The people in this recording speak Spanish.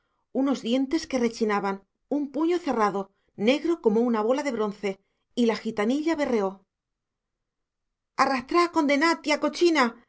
unos dientes que rechinaban un puño cerrado negro como una bola de bronce y la gitanilla berreó arrastrá condená tía cochina